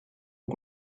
aux